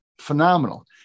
phenomenal